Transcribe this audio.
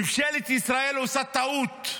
ממשלת ישראל עושה טעות,